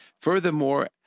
Furthermore